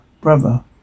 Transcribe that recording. brother